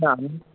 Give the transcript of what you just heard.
তা আমি